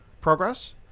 progress